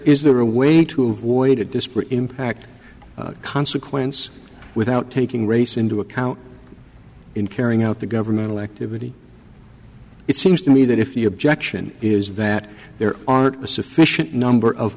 is the real way to avoid a disparate impact consequence without taking race into account in carrying out the governmental activity it seems to me that if the objection is that there aren't a sufficient number of